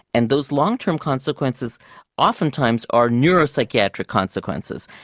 and those long-term consequences oftentimes are neuropsychiatric consequences,